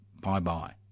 Bye-bye